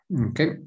Okay